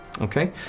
Okay